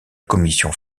commission